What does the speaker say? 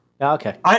Okay